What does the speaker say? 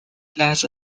لحظه